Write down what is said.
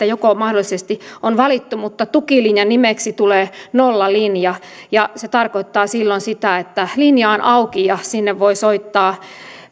joko se mahdollisesti on valittu mutta tukilinjan nimeksi tullee nollalinja ja se tarkoittaa silloin sitä että linja on auki ja sinne voi soittaa